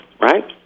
right